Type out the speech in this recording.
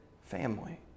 family